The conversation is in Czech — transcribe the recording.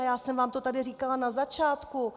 A já jsem vám to tady říkala na začátku.